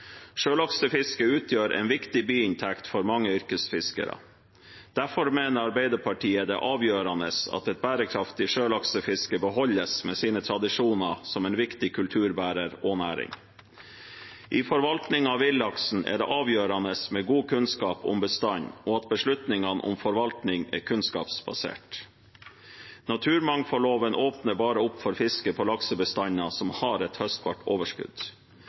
Sjølaksefisket utgjør en viktig biinntekt for mange yrkesfiskere. Derfor mener Arbeiderpartiet det er avgjørende at et bærekraftig sjølaksefiske beholdes med sine tradisjoner, som en viktig kulturbærer og næring. I forvaltningen av villaksen er det avgjørende med god kunnskap om bestanden og at beslutningene om forvaltning er kunnskapsbasert. Naturmangfoldloven åpner bare opp for fiske på laksebestander som har et høstbart overskudd.